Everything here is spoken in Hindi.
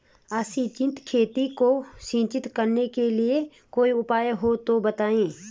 असिंचित खेती को सिंचित करने के लिए कोई उपाय हो तो बताएं?